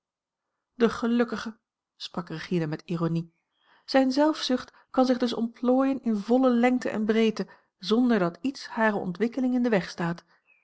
de gelukkige sprak regina met ironie zijne zelfzucht kan zich dus ontplooien in volle lengte en breedte zonder dat iets hare ontwikkeling in den weg staat